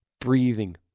breathing